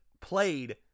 played